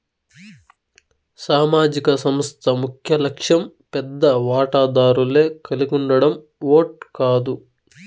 సామాజిక సంస్థ ముఖ్యలక్ష్యం పెద్ద వాటాదారులే కలిగుండడం ఓట్ కాదు